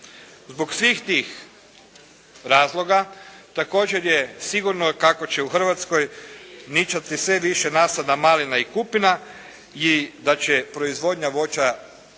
Zbog svih tih razloga, također je sigurno kako će u Hrvatskoj nicati sve više nasada malina i kupina i da će proizvodnja voća